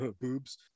boobs